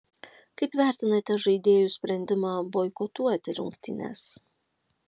kaip vertinate žaidėjų sprendimą boikotuoti rungtynes